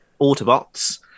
Autobots